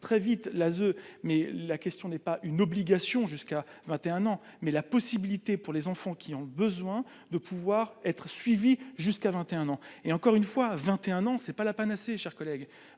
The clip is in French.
très vite l'ASE mais la question n'est pas une obligation, jusqu'à 21 ans, mais la possibilité pour les enfants qui ont besoin de pouvoir être suivie jusqu'à 21 ans, et encore une fois, à 21 ans, c'est pas la panacée, chers collègues,